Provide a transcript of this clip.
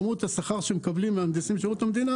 שמעו את השכר שמקבלים מהנדסים בשירות המדינה